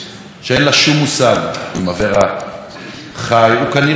אין לה שום מושג אם אברה חי הוא כנראה חי,